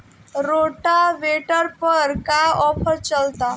Rotavator पर का offer चलता?